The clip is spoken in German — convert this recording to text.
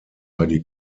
heidi